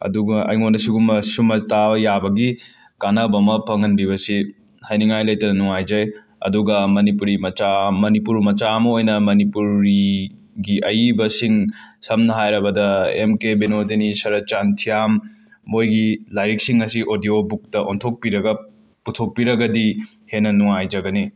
ꯑꯗꯨꯒ ꯑꯩꯉꯣꯟꯗ ꯁꯤꯒꯨꯝꯕ ꯁꯨꯝꯕ ꯇꯥꯕ ꯌꯥꯕꯒꯤ ꯀꯥꯟꯅꯕꯃ ꯐꯪꯍꯟꯕꯤꯕꯁꯦ ꯍꯥꯏꯅꯤꯡꯉꯥꯏ ꯂꯩꯇꯅ ꯅꯨꯉꯥꯏꯖꯩ ꯑꯗꯨꯒ ꯃꯅꯤꯄꯨꯔꯤ ꯃꯆꯥ ꯑꯝ ꯃꯅꯤꯄꯨꯔ ꯃꯆꯥ ꯑꯃ ꯑꯣꯏꯅ ꯃꯅꯤꯄꯨꯔꯤ ꯒꯤ ꯑꯏꯕꯁꯤꯡ ꯁꯝꯅ ꯍꯥꯏꯔꯕꯗ ꯑꯦꯝ ꯀꯦ ꯕꯤꯅꯣꯗꯤꯅꯤ ꯁꯔꯠꯆꯥꯟ ꯊꯤꯌꯥꯝ ꯃꯣꯏꯒꯤ ꯂꯥꯏꯔꯤꯛꯁꯤꯡ ꯑꯁꯤ ꯑꯗꯤꯌꯣ ꯕꯨꯛꯇ ꯑꯣꯟꯊꯣꯛꯄꯤꯔꯒ ꯄꯨꯊꯣꯛꯄꯤꯔꯒꯗꯤ ꯍꯦꯟꯅ ꯅꯨꯉꯥꯏꯖꯒꯅꯤ